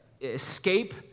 escape